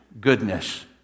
goodness